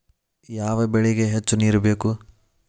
ಯಾವ ಬೆಳಿಗೆ ಹೆಚ್ಚು ನೇರು ಬೇಕು?